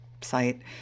site